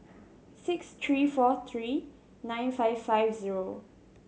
six three four three nine five five zero